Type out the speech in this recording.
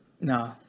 No